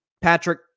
Patrick